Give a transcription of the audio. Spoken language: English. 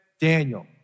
Daniel